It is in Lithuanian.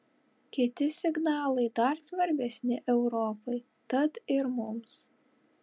kiti signalai dar svarbesni europai tad ir mums